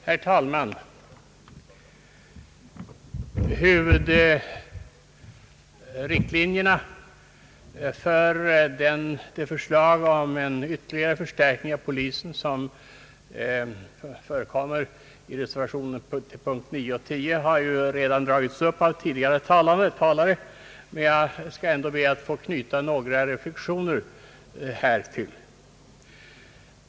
Herr talman! Huvudriktlinjerna i det förslag om en ytterligare förstärkning av polisen som framläggs i reservationer under punkterna 9 och 10 har redan dragits upp av tidigare talare, men jag skall ändå be att få knyta några reflexioner härtill.